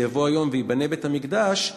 כשיבוא היום וייבנה בית-המקדש,